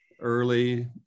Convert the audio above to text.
early